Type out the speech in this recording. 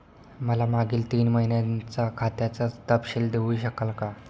मला मागील तीन महिन्यांचा खात्याचा तपशील देऊ शकाल का?